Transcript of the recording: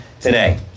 today